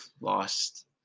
lost